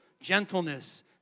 Gentleness